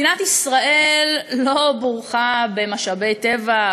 מדינת ישראל לא בורכה במשאבי טבע,